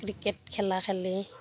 cricket খেলা খেলি